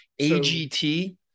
AGT